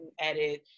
edit